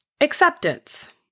Acceptance